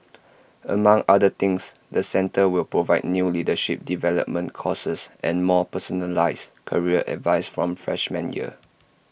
among other things the centre will provide new leadership development courses and more personalised career advice from freshman year